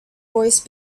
voice